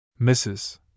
Mrs